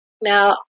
Now